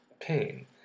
pain